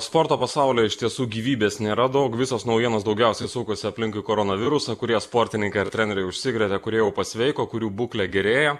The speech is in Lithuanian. sporto pasauly iš tiesų gyvybės nėra daug visos naujienos daugiausiai sukasi aplinkui koronavirusą kurie sportininkai ar treneriai užsikrėtė kurie jau pasveiko kurių būklė gerėja